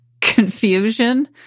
confusion